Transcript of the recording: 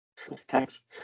thanks